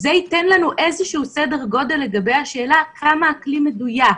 זה ייתן לנו איזשהו סדר גודל לגבי השאלה כמה הכלי מדויק,